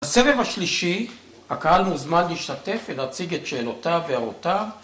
בסבב השלישי, הקהל מוזמן להשתתף ולהציג את שאלותיו והערותיו